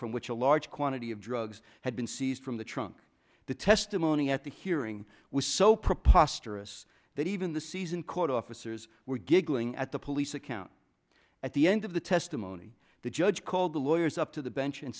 from which a large quantity of drugs had been seized from the trunk the testimony at the hearing was so preposterous that even the season court officers were giggling at the police account at the end of the testimony the judge called the lawyers up to the bench and